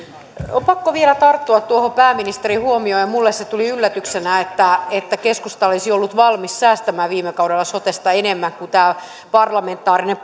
on pakko vielä tarttua tuohon pääministerin huomioon minulle se tuli yllätyksenä että että keskusta olisi ollut valmis säästämään viime kaudella sotesta enemmän kuin tämä parlamentaarinen